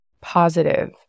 positive